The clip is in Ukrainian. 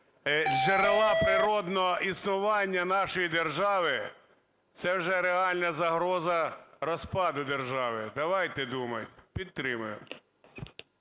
джерела природного існування нашої держави, це вже реальна загроза реального розпаду держави. Давайте думати. Підтримаємо.